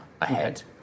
ahead